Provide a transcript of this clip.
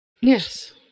Yes